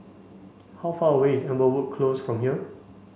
how far away is Amberwood Close from here